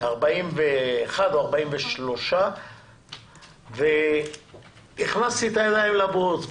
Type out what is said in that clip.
41 או 43. והכנסתי את הידיים לבוץ,